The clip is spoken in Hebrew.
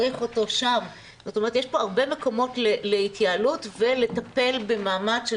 יש פה הרבה מקומות להתייעלות ולטפל במעמד של